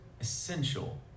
essential